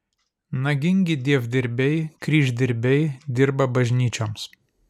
nagingi dievdirbiai kryždirbiai dirba bažnyčioms